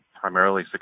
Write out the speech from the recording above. primarily